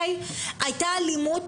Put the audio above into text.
היתה אלימות,